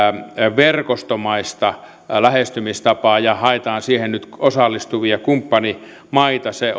verkostomaista lähestymistapaa ja haetaan siihen nyt osallistuvia kumppanimaita se